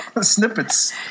snippets